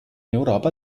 europa